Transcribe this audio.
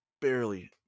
barely